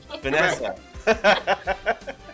Vanessa